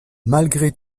malgré